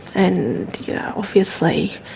and yeah obviously,